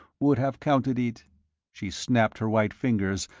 would have counted it she snapped her white fingers,